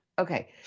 Okay